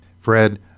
Fred